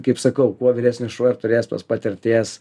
kaip sakau kuo vyresnis šuo ir turės tos patirties